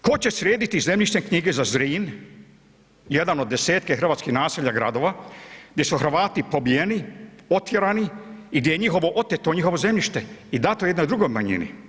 Tko će srediti zemljišne knjige za Zrin, jedan od desetke hrvatskih naselja, gradova, gdje su Hrvati pobijeni, otjerani i gdje je njihovo oteto njihovo zemljište i dato jednoj drugoj manjini.